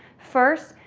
first,